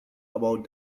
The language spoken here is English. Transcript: about